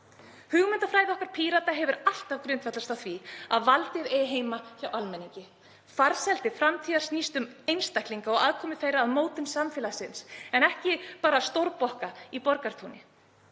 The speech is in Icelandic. Hugmyndafræði okkar Pírata hefur alltaf grundvallast á því að valdið eigi heima hjá almenningi. Farsæld til framtíðar snýst um einstaklinga og aðkomu þeirra að mótun samfélagsins en ekki bara stórbokka í Borgartúni.